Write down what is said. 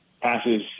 passes